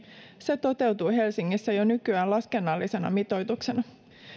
se toteutuu helsingissä jo nykyään laskennallisena mitoituksena